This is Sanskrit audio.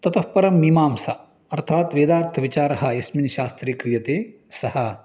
ततः परं मीमांसा अर्थात् वेदार्थविचारः यस्मिन् शास्त्रे क्रीयते सः